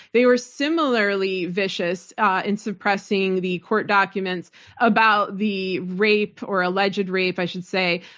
they were similarly vicious and suppressing the court documents about the rape or alleged rape, i should say,